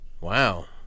Wow